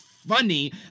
funny